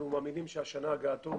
אנחנו מאמינים שהשנה הגעתון